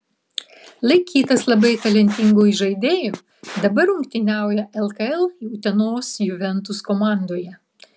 laikytas labai talentingu įžaidėju dabar rungtyniauja lkl utenos juventus komandoje